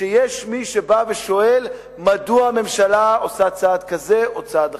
שיש מי שבא ושואל מדוע הממשלה עושה צעד כזה או צעד אחר,